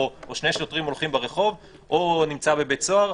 או שני שוטרים הולכים ברחוב או נמצא בבית סוהר.